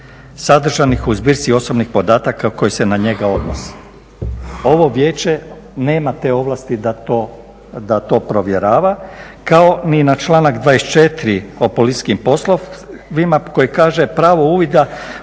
sadržanih u zbirci osobnih podataka koji se na njega odnose. Ovo vijeće nema te ovlasti da to provjerava kao ni na članak 24. o policijskim poslovima koji kaže pravo uvida